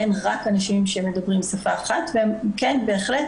אין בהכרח רק אנשים שמדברים שפה אחת והם כן בהחלט